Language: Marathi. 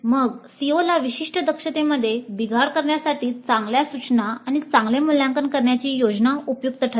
मग COला विशिष्ट दक्षतेमध्ये बिघाड करण्यासाठी चांगल्या सूचना आणि चांगले मूल्यांकन करण्याची योजना उपयुक्त ठरेल